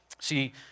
See